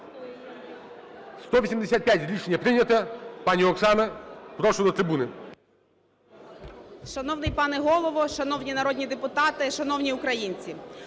За-185 Рішення прийнято. Пані Оксано, прошу до трибуни.